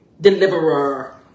deliverer